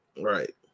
Right